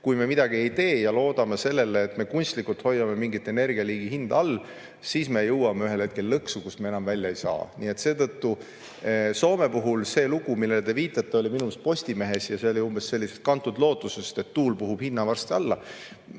Kui me midagi ei tee ja loodame sellele, et me kunstlikult hoiame mingi energialiigi hinda all, siis me jõuame ühel hetkel lõksu, kust me enam välja ei saa. Soome lugu, millele te viitasite, oli minu arust Postimehes ja see oli umbes sellisest lootusest kantud, et tuul puhub hinna varsti alla.